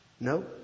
No